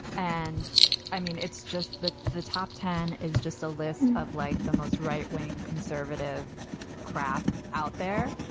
and i mean, it's just that the top ten is just a list of like the most right wing conservative crap out there.